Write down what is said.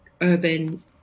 urban